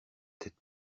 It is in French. tête